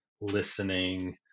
listening